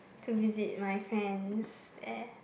to visit my friends there